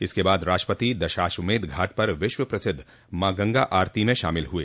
इसके बाद राष्ट्रपति दशाश्वमेध घाट पर विश्व प्रसिद्ध मां गंगा आरती में शामिल हुए